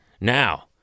now